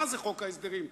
מה זה חוק ההסדרים,